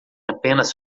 apenas